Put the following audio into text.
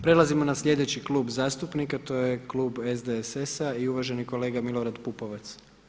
Prelazimo na sljedeći klub zastupnika, to je klub SDSS-a i uvaženi kolega Milorad Pupovac.